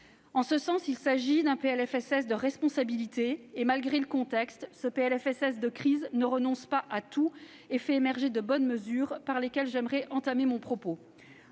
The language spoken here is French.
En ce sens, il s'agit aussi d'un PLFSS de responsabilité. Malgré le contexte, ce PLFSS de crise ne renonce pas à tout et fait émerger de bonnes mesures, par lesquelles j'aimerais entamer mon propos.